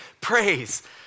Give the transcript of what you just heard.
Praise